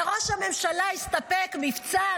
וראש הממשלה הסתפק במבצע,